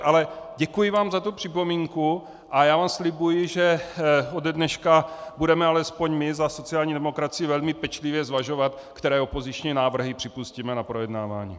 Ale děkuji vám za tu připomínku a já vám slibuji, že ode dneška budeme alespoň my za sociální demokracii velmi pečlivě zvažovat, které opoziční návrhy připustíme na projednávání.